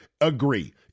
agree